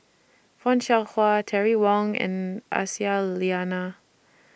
fan Shao Hua Terry Wong and Aisyah Lyana